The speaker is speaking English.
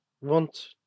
want